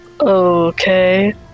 Okay